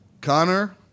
Connor